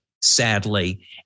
sadly